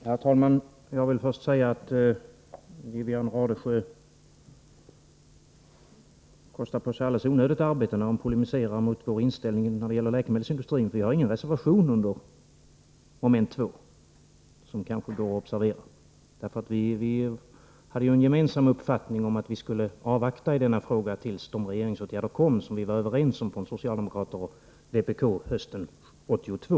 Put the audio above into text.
Herr talman! Jag vill först säga att Wivi-Anne Radesjö kostar på sig alldeles onödigt arbete när hon polemiserar mot vår inställning till läkemedelsindustrin. Vi har ingen reservation under mom. 2, vilket kanske kan observeras. Vi hade ju den gemensamma uppfattningen, att vi i denna fråga skulle avvakta regeringens åtgärder. Det var socialdemokraterna och vpk överens om hösten 1982.